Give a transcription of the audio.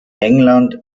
england